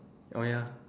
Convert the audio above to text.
oh ya